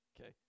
Okay